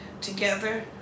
together